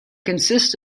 consists